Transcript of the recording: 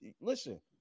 listen